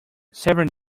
savouring